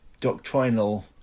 doctrinal